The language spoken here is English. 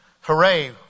hooray